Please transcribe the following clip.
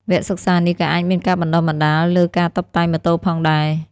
វគ្គសិក្សានេះក៏អាចមានការបណ្តុះបណ្តាលលើការតុបតែងម៉ូតូផងដែរ។